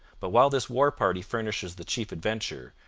but while this war-party furnishes the chief adventure,